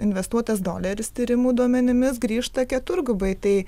investuotas doleris tyrimų duomenimis grįžta keturgubai tai